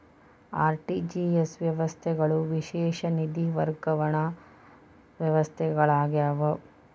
RTGS ವ್ಯವಸ್ಥೆಗಳು ವಿಶೇಷ ನಿಧಿ ವರ್ಗಾವಣೆ ವ್ಯವಸ್ಥೆಗಳಾಗ್ಯಾವ